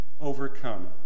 overcome